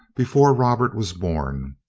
before robert was born,